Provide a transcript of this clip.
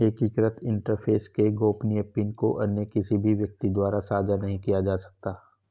एकीकृत इंटरफ़ेस के गोपनीय पिन को अन्य किसी भी व्यक्ति द्वारा साझा नहीं किया जा सकता